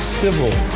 civil